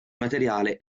materiale